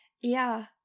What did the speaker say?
yeah